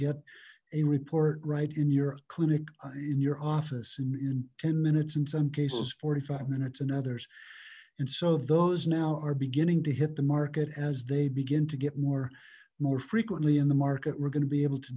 get a report right in your clinic in your office in ten minutes in some cases forty five minutes and others and so those now are beginning to hit the market as they begin to get more more frequently in the market we're going to be able to